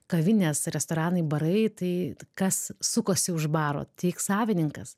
kavinės restoranai barai tai kas sukosi už baro tik savininkas